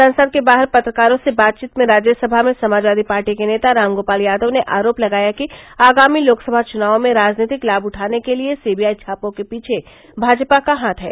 संसद के बाहर पत्रकारों से बातचीत में राज्यसभा में समाजवादी पार्टी के नेता राम गोपाल यादव ने आरोप लगाया कि आगामी लोकसभा चुनावों में राजनीतिक लाभ उठाने के लिए सीबीआई छापों के पीछे भाजपा का हाथ है